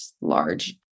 large